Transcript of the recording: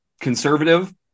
conservative